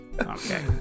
okay